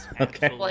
okay